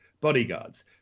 Bodyguards